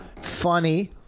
funny